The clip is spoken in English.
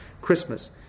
Christmas